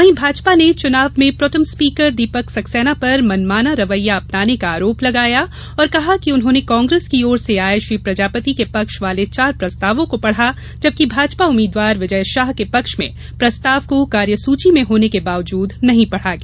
वहीं भाजपा ने च्नाव में प्रोटेम स्पीकर दीपक सक्सेना पर मनमाना रवैया अपनाने का आरोप लगाया और कहा कि उन्होंने कांग्रेस की ओर से आए श्री प्रजापति के पक्ष वाले चार प्रस्तावों को पढ़ा जबकि भाजपा उम्मीदवार विजय शाह के पक्ष में प्रस्ताव को कार्यसूची में होने के बावजूद नहीं पढ़ा गया